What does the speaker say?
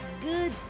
Good